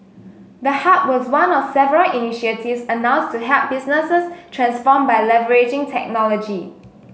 the hub was one of several initiatives announced to help businesses transform by leveraging technology